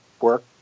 work